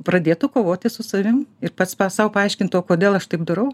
pradėtų kovoti su savim ir pats sau paaiškintų o kodėl aš taip darau